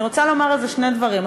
אני רוצה לומר על זה שני דברים,